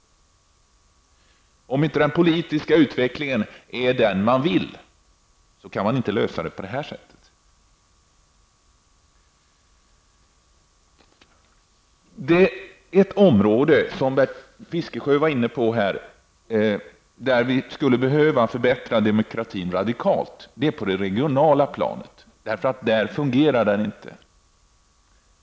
Om inte den politiska utvecklingen är den man vill, kan man inte korrigera den på det sättet. Ett område som Bertil Fiskesjö var inne på och där vi skulle kunna förbättra demokratin radikalt är det regionala planet, därför att där fungerar den inte.